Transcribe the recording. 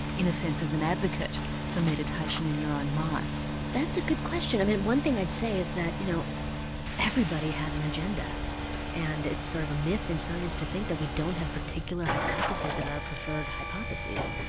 in a sense, as an advocate for meditation in your own life. that's a good question. but one thing i'd say is that you know everybody has an agenda and it's sort of a myth in science to think that we don't have particular hypotheses that are preferred hypotheses.